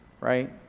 right